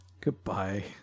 Goodbye